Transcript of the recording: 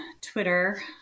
Twitter